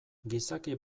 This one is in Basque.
gizaki